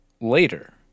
later